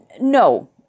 No